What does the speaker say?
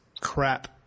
crap